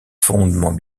fondements